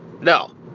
no